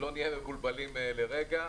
שלא נהיה מבולבלים לרגע,